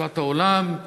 שפת העולם,